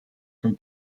from